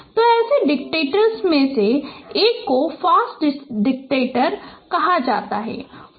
तो ऐसे डिटेक्टर में से एक को FAST डिटेक्टर कहा जाता है